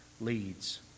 leads